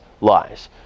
lies